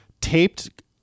taped